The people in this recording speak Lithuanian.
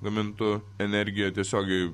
gamintų energiją tiesiogiai